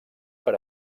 per